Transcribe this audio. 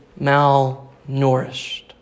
malnourished